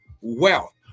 wealth